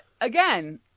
Again